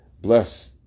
bless